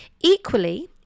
Equally